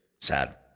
Sad